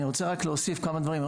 אני רוצה רק להוסיף כמה דברים.